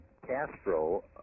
Castro